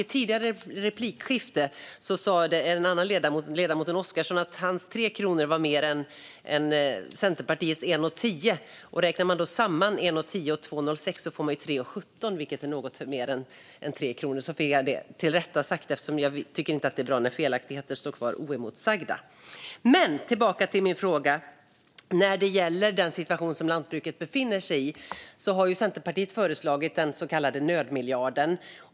I ett tidigare replikskifte sa ledamoten Oscarsson att hans 3 kronor var mer än Centerpartiets 1,10, men om man räknar samman 1,10 och 2,07 får man 3,17, vilket är något mer än 3 kronor. Då fick jag det sagt - jag tycker inte att det är bra när felaktigheter får stå kvar oemotsagda. Tillbaka till min fråga. När det gäller den situation som lantbruket befinner sig i har Centerpartiet föreslagit den så kallade nödmiljarden.